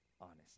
honest